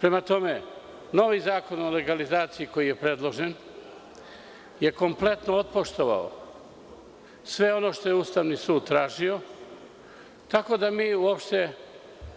Prema tome, novi zakon o legalizaciji koji je predložen je kompletno otpoštovao sve ono što je Ustavni sud tražio, tako da mi uopšte